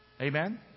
Amen